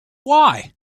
why